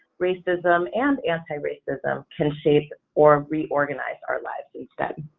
racism and anti-racism can shape or reorganize our lives each day.